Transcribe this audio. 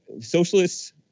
socialists